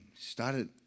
started